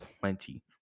plenty